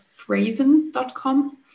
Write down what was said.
phrasen.com